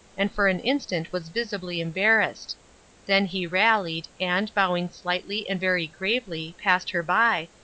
and for an instant was visibly embarrassed then he rallied, and, bowing slightly and very gravely, passed her by,